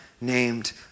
named